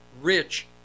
rich